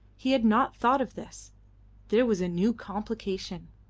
he had not thought of this there was a new complication.